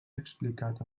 explicat